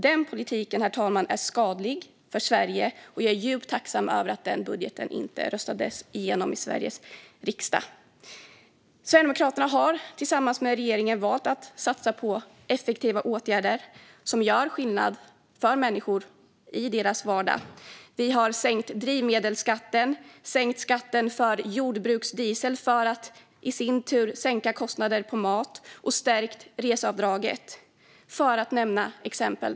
Den politiken, herr talman, är skadlig för Sverige, och jag är djupt tacksam över att den budgeten inte röstades igenom i Sveriges riksdag. Sverigedemokraterna har tillsammans med regeringen valt att satsa på effektiva åtgärder som gör skillnad för människor i deras vardag. Vi har sänkt drivmedelsskatten, sänkt skatten på jordbruksdiesel som i sin tur sänker kostnaden för mat och stärkt reseavdraget, för att nämna några exempel.